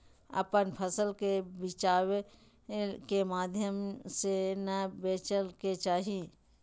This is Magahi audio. अपन फसल के बिचौलिया के माध्यम से नै बेचय के चाही